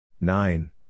Nine